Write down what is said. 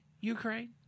Ukraine